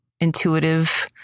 intuitive